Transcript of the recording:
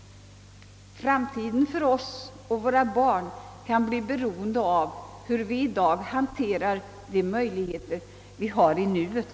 Framtiden för oss och våra barn kan bli beroende av hur vi i dag han. terar dé möjligheter vi har i nuet.